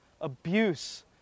abuse